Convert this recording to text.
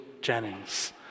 Jennings